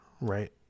right